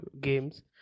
games